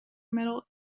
metal